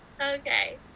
Okay